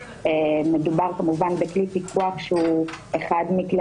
מדובר כמובן בכלי פיקוח שהוא אחד מכלי